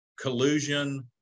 Collusion